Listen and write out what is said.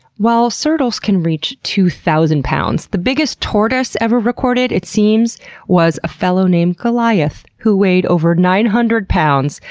while surtles can reach two thousand lbs, the biggest tortoise ever recorded, it seems, was a fellow named goliath, who weighed over nine hundred lbs.